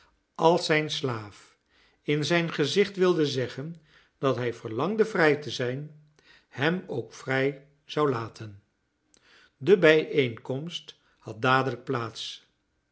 als zijn slaaf in zijn gezicht wilde zeggen dat hij verlangde vrij te zijn hem ook zou vrijlaten de bijeenkomst had dadelijk plaats